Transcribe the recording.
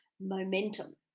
momentum